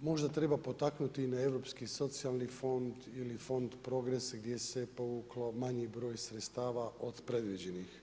možda treba potaknuti i na Europski socijalni fond, ili Fond progresa, gdje se povuklo manji broj sredstava od predviđenih.